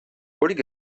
kolik